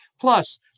Plus